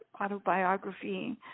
autobiography